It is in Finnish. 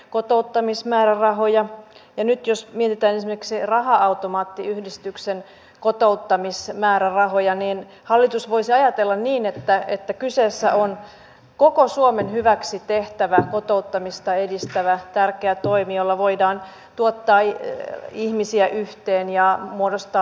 nyt jos mietitään esimerkiksi raha automaattiyhdistyksen kotouttamismäärärahoja niin hallitus voisi ajatella niin että kyseessä on koko suomen hyväksi tehtävä kotouttamista edistävä tärkeä toimi jolla voidaan tuoda ihmisiä yhteen ja muodostaa pysyviä ystävyyssuhteita